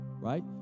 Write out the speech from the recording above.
right